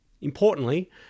Importantly